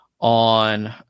on